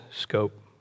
scope